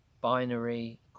binary